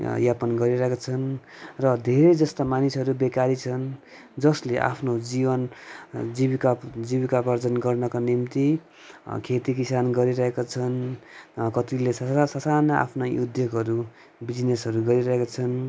यापन गरिरहेका छन् र धेरै जस्ता मानिसहरू बेकारी छन् जसले आफ्नो जीवन जीविका जीविकोपार्जन गर्नको निम्ति खेतीकिसान गरिरहेका छन् कतिले सस ससाना आफ्नै उद्योगहरू बिजनेसहरू गरिरहेका छन्